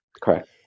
Correct